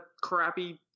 crappy